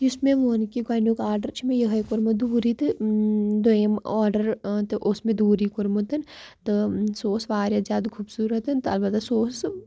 یُس مےٚ ووٚن کہِ گۄڈنیُک آرڈر چھِ مےٚ یِہٕے کوٚرمُت دوٗرٕے تہٕ دوٚیِم آرڈر تہِ اوس مےٚ دوٗرٕے کوٚرمُت تہٕ سُہ اوس واریاہ زیادٕ خوٗبصوٗرت تہٕ البتہ سُہ اوس